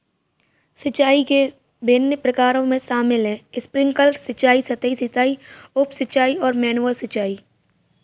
सिंचाई के विभिन्न प्रकारों में शामिल है स्प्रिंकलर सिंचाई, सतही सिंचाई, उप सिंचाई और मैनुअल सिंचाई